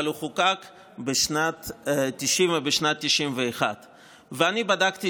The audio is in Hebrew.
אבל הוא חוקק בשנת 1990 ובשנת 1991. אני בדקתי